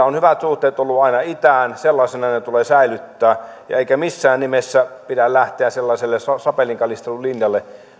on hyvät suhteet olleet aina itään sellaisina ne tulee säilyttää eikä missään nimessä pidä lähteä sellaiselle sapelinkalistelulinjalle